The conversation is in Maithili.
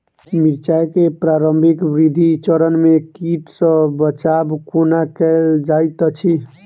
मिर्चाय केँ प्रारंभिक वृद्धि चरण मे कीट सँ बचाब कोना कैल जाइत अछि?